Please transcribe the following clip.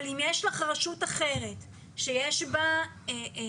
אבל אם יש לך רשות אחרת שיש בה 3,000